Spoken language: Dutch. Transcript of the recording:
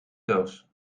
doos